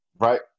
right